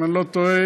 אם אני לא טועה,